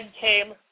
came